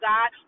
God